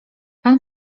pan